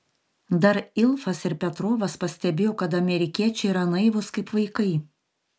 dar ilfas ir petrovas pastebėjo kad amerikiečiai yra naivūs kaip vaikai